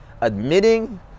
Admitting